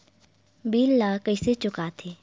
bill ला कइसे चुका थे